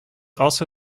also